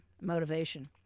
motivation